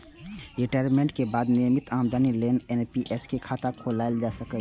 retirement के बाद नियमित आमदनी लेल एन.पी.एस खाता खोलाएल जा सकै छै